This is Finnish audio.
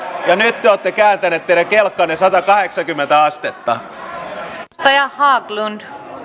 ja nyt te te olette kääntäneet teidän kelkkanne satakahdeksankymmentä astetta